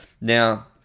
Now